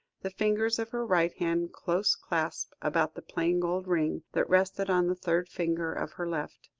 the fingers of her right hand close clasped about the plain gold ring, that rested on the third finger of her left.